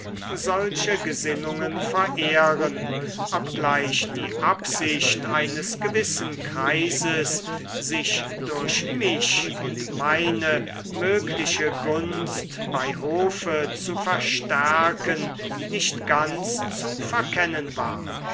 solche gesinnungen verehren obgleich die absicht eines gewissen kreises sich durch mich und meine mögliche gunst bei hofe zu verstärken nicht ganz zu verkennen war